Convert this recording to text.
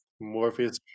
Morpheus